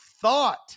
thought